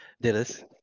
Dennis